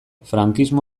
frankismo